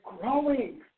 growing